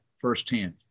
firsthand